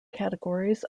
categories